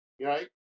right